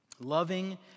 Loving